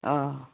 অঁ